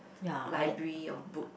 library of book